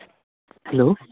hello